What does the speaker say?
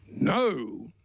No